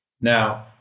Now